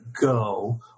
go